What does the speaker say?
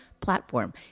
platform